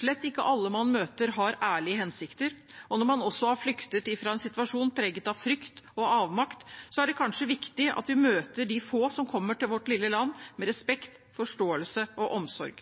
Slett ikke alle man møter, har ærlige hensikter, og når man også har flyktet fra en situasjon preget av frykt og avmakt, er det kanskje viktig at vi møter de få som kommer til vårt lille land, med respekt, forståelse og omsorg.